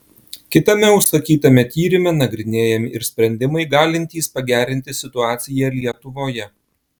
kitame užsakytame tyrime nagrinėjami ir sprendimai galintys pagerinti situaciją lietuvoje